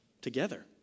together